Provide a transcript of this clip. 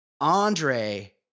Andre